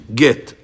get